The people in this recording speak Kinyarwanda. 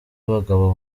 abagabo